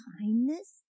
kindness